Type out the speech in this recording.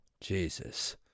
Jesus